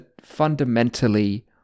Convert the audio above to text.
fundamentally